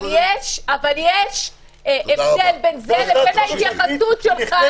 אבל יש הבדל בין זה לבין ההתייחסות שלך